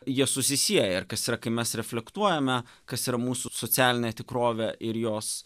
jie susisieja ir kas yra kai mes reflektuojame kas yra mūsų socialinė tikrovė ir jos